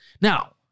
Now